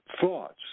thoughts